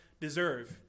deserve